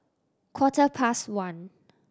quarter past one